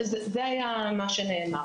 זה מה שנאמר.